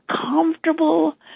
comfortable